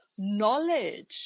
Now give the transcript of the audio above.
knowledge